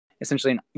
essentially